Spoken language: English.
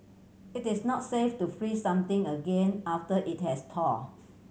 it is not safe to freeze something again after it has thaw